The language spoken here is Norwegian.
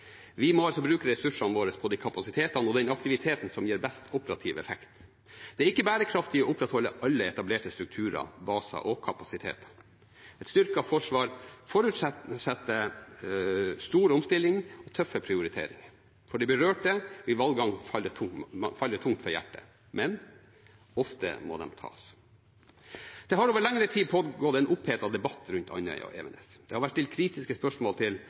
Vi må altså bruke ressursene våre på de kapasitetene og den aktiviteten som gir best operativ effekt. Det er ikke bærekraftig å opprettholde alle etablerte strukturer, baser og kapasiteter. Et styrket forsvar forutsetter stor omstilling og tøffe prioriteringer. Valgene kan falle de berørte tungt for brystet, men ofte må de tas. Det har over lengre tid pågått en opphetet debatt om Andøya og Evenes. Det har vært stilt kritiske spørsmål